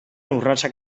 urratsak